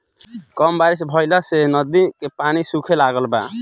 कम बारिश भईला से नदी के पानी सूखे लागल बा